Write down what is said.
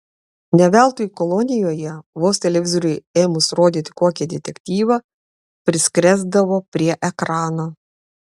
ne veltui kolonijoje vos televizoriui ėmus rodyti kokį detektyvą priskresdavo prie ekrano